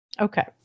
Okay